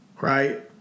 right